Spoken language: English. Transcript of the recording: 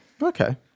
Okay